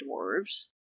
dwarves